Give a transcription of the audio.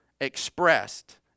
expressed